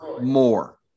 more